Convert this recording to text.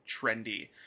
trendy